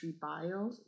bio